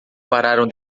pararam